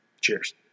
Cheers